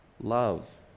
love